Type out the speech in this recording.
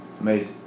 Amazing